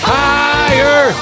higher